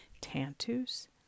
Tantus